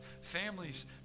Families